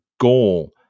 goal